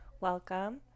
welcome